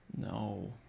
No